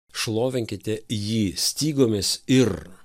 šlovinkite jį stygomis ir